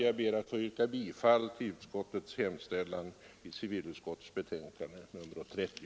Jag ber att få yrka bifall till utskottets hemställan i civilutskottets betänkande nr 30.